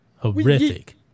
horrific